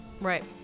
Right